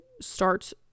starts